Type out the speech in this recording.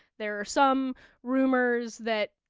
there are some rumors that,